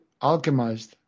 alchemized